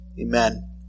Amen